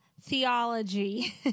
Theology